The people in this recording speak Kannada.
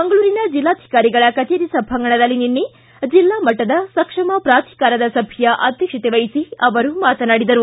ಮಂಗಳೂರಿನ ಜಿಲ್ಲಾಧಿಕಾರಿಗಳ ಕಜೇರಿ ಸಭಾಂಗಣದಲ್ಲಿ ನಿನ್ನೆ ಜಿಲ್ಲಾ ಮಟ್ಟದ ಸಕ್ಷಮ ಪಾಧಿಕಾರದ ಸಭೆಯ ಅಧ್ಯಕ್ಷತೆ ವಹಿಸಿ ಅವರು ಮಾತನಾಡಿದರು